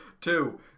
Two